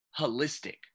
holistic